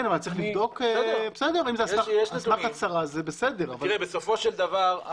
על סמך הצהרה זה בסדר, אבל צריך לבדוק.